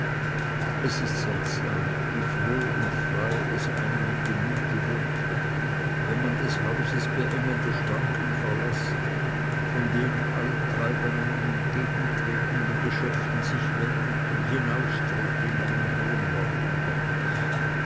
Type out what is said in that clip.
es ist seltsam wie froh und frei es einem im gemüte wird wenn man des hauses beengende schranken verläßt von den allenthalben einem entgegentretenden geschäften sich wendet und hinaustritt in einen hellen morgen gottes